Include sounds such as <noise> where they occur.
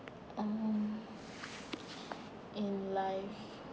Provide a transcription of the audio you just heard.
um in life <breath>